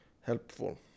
helpful